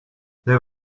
there